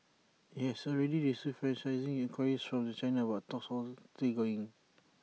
IT has already received franchising enquiries from China but talks are still going